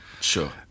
Sure